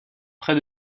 près